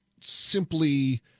simply